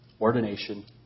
ordination